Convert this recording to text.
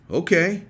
okay